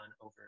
over